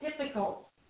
difficult